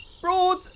Broad